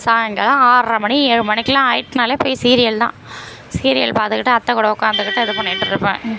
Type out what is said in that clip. சாய்ங்காலம் ஆறர மணி ஏழு மணிக்குலாம் ஆயிட்டுனாலே போய் சீரியல் தான் சீரியல் பார்த்துக்கிட்டு அத்தை கூட உக்காந்துக்கிட்டு இது பண்ணிட்டுருப்பேன்